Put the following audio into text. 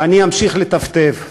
ואני אמשיך לטפטף,